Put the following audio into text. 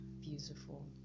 beautiful